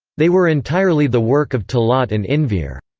they were entirely the work of talat and enver.